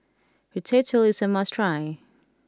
Ratatouille is a must try